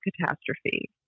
catastrophe